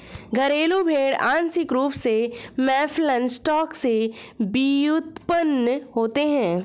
घरेलू भेड़ आंशिक रूप से मौफलन स्टॉक से व्युत्पन्न होते हैं